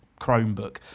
Chromebook